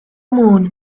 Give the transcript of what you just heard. moon